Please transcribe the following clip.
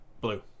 blue